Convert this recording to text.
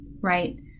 Right